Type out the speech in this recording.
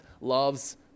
loves